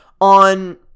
on